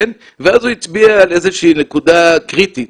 ואז הוא הצביע על איזה שהיא נקודה קריטית,